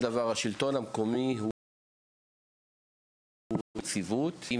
דבר השלטון המקומי הוא אי של יציבות והוא